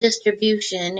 distribution